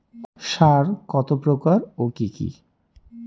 সার কত প্রকার ও কি কি?